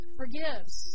forgives